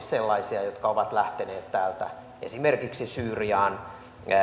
sellaisia jotka ovat lähteneet täältä esimerkiksi syyriaan